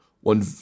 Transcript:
one